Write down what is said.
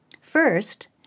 First